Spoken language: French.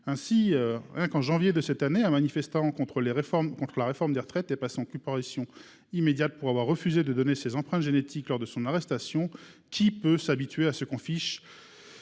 Ainsi, en janvier de cette année, un manifestant contre la réforme des retraites est passé en comparution pour avoir refusé de donner ses empreintes génétiques lors de son arrestation. Qui peut s'habituer à ce qu'on fiche